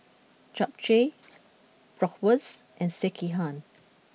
Japchae Bratwurst and Sekihan